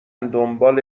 دنبال